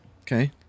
Okay